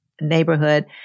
neighborhood